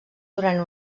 durant